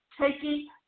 taking